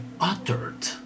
uttered